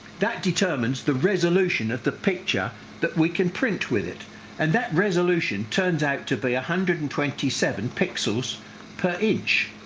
that determines the resolution of the picture that we can print with it and that resolution turns out to be a hundred and twenty seven pixels per inch,